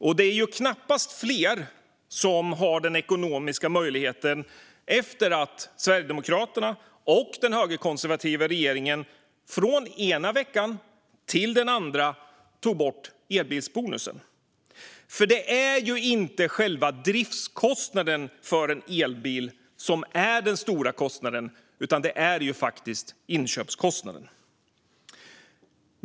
Och det är knappast fler som har den ekonomiska möjligheten efter att Sverigedemokraterna och den högerkonservativa regeringen från den ena veckan till den andra tog bort elbilsbonusen. Det är ju inte själva driftskostnaden för en elbil som är den stora kostnaden, utan det är faktiskt inköpskostnaden.